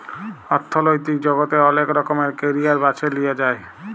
অথ্থলৈতিক জগতে অলেক রকমের ক্যারিয়ার বাছে লিঁয়া যায়